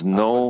no